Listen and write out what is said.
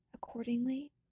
Accordingly